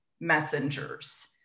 messengers